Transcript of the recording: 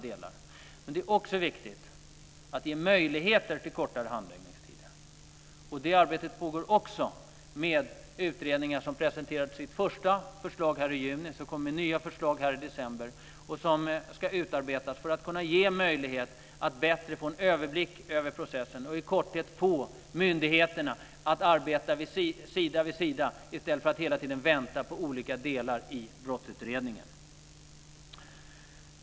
Det är då viktigt att ge förutsättningar för kortare handläggningstider, och ett sådant arbete pågår också. Den finns en utredning som presenterade sitt första förslag i juni och som kommer med nya förslag i december. Dessa förslag ska genomarbetas för att man ska kunna ge möjlighet att få en bättre överblick över processen och för att få myndigheterna att arbeta sida vid sida i stället för att hela tiden vänta på de olika delarna i brottsutredningen.